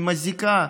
עם הזיקה.